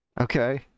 okay